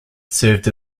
served